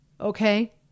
Okay